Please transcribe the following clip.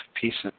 pieces